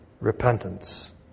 repentance